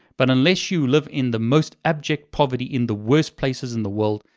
but unless you live in the most abject poverty in the worst places in the world,